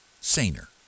saner